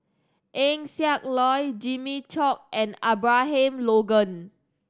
Eng Siak Loy Jimmy Chok and Abraham Logan